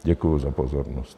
Děkuji za pozornost.